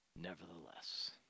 Nevertheless